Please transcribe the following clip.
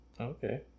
okay